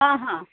ହଁ ହଁ